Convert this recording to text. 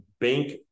bank